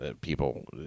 people